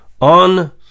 on